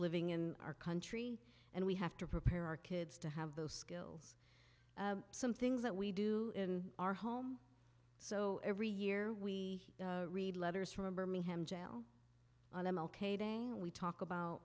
living in our country and we have to prepare our kids to have those skills some things that we do in our home so every year we read letters from a birmingham jail on m l k day and we talk about